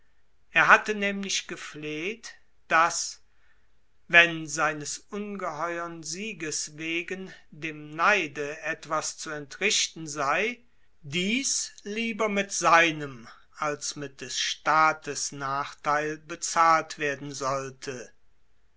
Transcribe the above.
er hatte nähmlich gefleht daß wenn seines ungeheuern sieges wegen dem neide etwas zu entrichten sei dies lieber mit seinem als mit des staates nachtheil bezahlt werden sollte